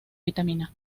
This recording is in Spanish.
vitamina